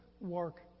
work